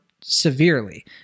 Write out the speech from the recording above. severely